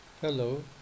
Hello